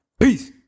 Peace